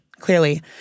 Clearly